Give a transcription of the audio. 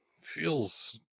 feels